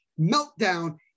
meltdown